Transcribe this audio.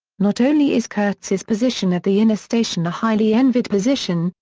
not only is kurtz's position at the inner station a highly envied position,